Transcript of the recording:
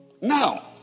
Now